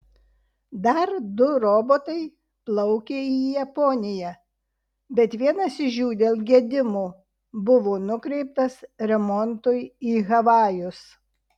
dar du robotai plaukė į japoniją bet vienas iš jų dėl gedimo buvo nukreiptas remontui į havajus